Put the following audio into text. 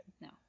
no